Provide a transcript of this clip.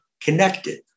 connected